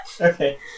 Okay